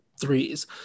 threes